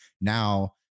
Now